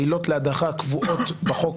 העילות להדחה קבועות בחוק.